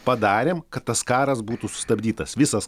padarėm kad tas karas būtų sustabdytas visas